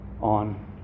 on